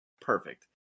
perfect